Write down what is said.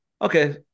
Okay